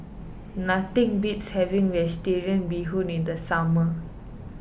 nothing beats having Vegetarian Bee Hoon in the summer